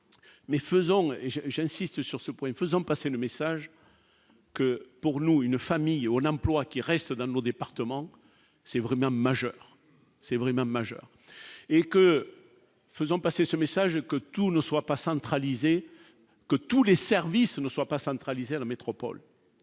mais faisons et j'ai, j'insiste sur ce point, faisant passer le message que pour nous, une famille Olympe, loi qui restent dans nos départements, c'est vraiment majeur c'est vrai même majeur et que faisons passer ce message que tout ne soit pas centralisé que tous les services ne soit pas centralisé à la métropole.